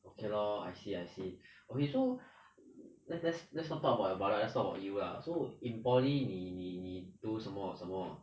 okay lor I see I see okay so let's let's let's not talk about your brother let's talk about you lah so in poly 你你你读什么什么